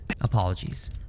Apologies